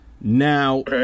Now